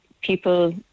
people